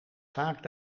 vaak